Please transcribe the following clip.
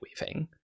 weaving